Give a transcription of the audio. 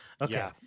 Okay